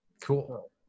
Cool